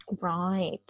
right